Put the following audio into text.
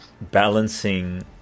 balancing